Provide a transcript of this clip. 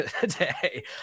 today